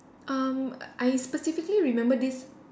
um I specifically remember this